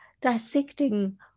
Dissecting